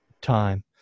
Time